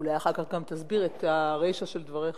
אולי אחר כך גם תסביר את הרישא של דבריך.